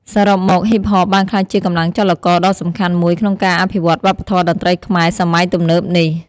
សរុបមក ហ៊ីបហប បានក្លាយជាកម្លាំងចលករដ៏សំខាន់មួយក្នុងការអភិវឌ្ឍវប្បធម៌តន្ត្រីខ្មែរសម័យទំនើបនេះ។